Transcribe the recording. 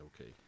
Okay